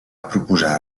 proposar